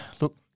Look